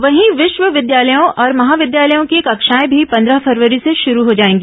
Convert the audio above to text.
वहीं विश्वविद्यालयों और महाविद्यालयों की कक्षाए भी पद्रह फरवरी से शुरू हो जाएगी